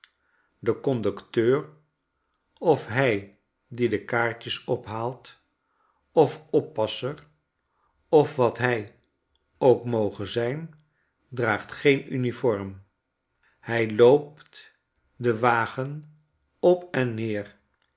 de conducteur of hij die de kaartjes ophaalt of oppasser of wat hij ook moge zijn draagtgeen uniform hij loopt den wagen op en neer